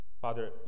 Father